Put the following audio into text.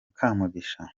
kamugisha